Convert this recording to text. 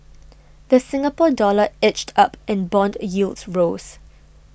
the Singapore Dollar edged up and bond yields rose